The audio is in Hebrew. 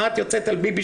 מה את יוצאת על ביבי,